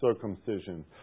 circumcision